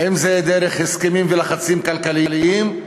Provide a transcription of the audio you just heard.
אם דרך הסכמים ולחצים כלכליים,